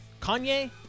Kanye